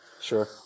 Sure